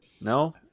No